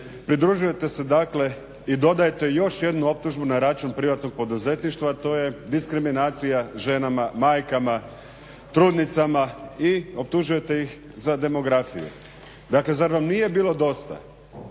pridružujete se dakle i dodajete još jednu optužbu na račun privatnog poduzetništva, a to je diskriminacija ženama, majkama, trudnicama i optužujete ih za demografiju. Dakle zar vam nije bilo dosta